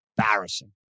embarrassing